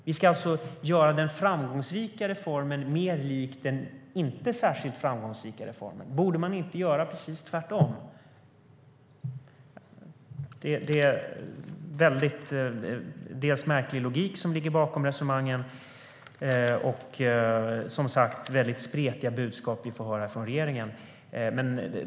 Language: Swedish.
Vi ska alltså göra den framgångsrika reformen mer lik den inte särskilt framgångsrika reformen. Borde man inte göra precis tvärtom? Det är en märklig logik som ligger bakom resonemangen. Och det är som sagt väldigt spretiga budskap vi får höra från regeringen.